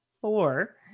four